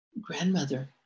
Grandmother